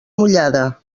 mullada